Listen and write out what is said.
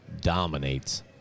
Dominates